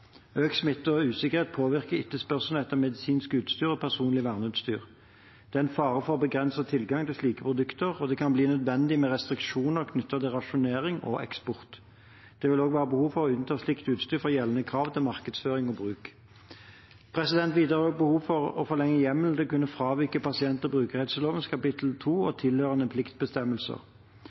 usikkerhet påvirker etterspørselen etter medisinsk utstyr og personlig verneutstyr. Det er en fare for begrenset tilgang til slike produkter, og det kan bli nødvendig med restriksjoner knyttet til rasjonering og eksport. Det vil også være behov for å unnta slikt utstyr fra gjeldende krav til markedsføring og bruk. Videre er det behov for å forlenge hjemmelen til å kunne fravike pasient- og brukerrettighetsloven kapittel 2 og tilhørende pliktbestemmelser.